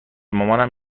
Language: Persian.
مامانم